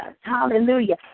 Hallelujah